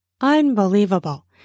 unbelievable